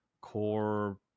core